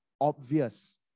obvious